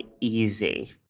easy